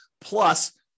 plus